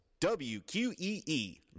WQEE